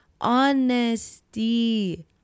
Honesty